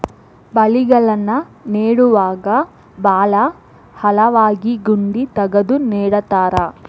ಬಳ್ಳಿಗಳನ್ನ ನೇಡುವಾಗ ಭಾಳ ಆಳವಾಗಿ ಗುಂಡಿ ತಗದು ನೆಡತಾರ